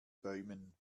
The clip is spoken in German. bäumen